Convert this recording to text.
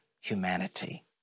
humanity